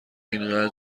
اینقدر